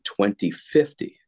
2050